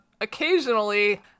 Occasionally